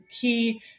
key